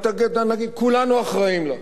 וכולנו אחראים לה.